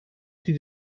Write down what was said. die